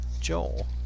Joel